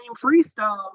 freestyle